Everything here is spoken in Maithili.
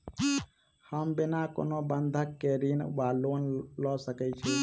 हम बिना कोनो बंधक केँ ऋण वा लोन लऽ सकै छी?